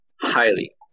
highly